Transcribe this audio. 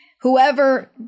Whoever